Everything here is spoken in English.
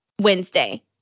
Wednesday